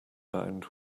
bound